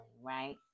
right